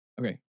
Okay